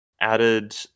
added